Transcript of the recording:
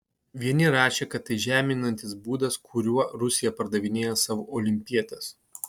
vieni rašė kad tai žeminantis būdas kuriuo rusija pardavinėja savo olimpietes